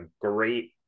great